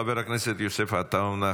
חבר הכנסת יוסף עטאונה,